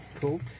Cool